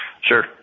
Sure